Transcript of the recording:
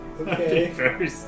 Okay